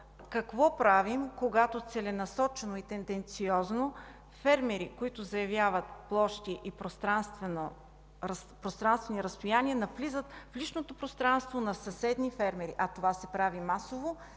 какво правим, когато целенасочено и тенденциозно фермери, които заявяват площи и пространствени разстояния, навлизат в личното пространство на съседни фермери. А това се прави масово